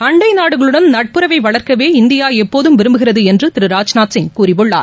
அண்டை நாடுகளுடன் நட்புறவை வளர்க்கவே இந்தியா எப்போதும் விரும்புகிறது என்று திரு ராஜ்நாத் சிங் கூறியுள்ளார்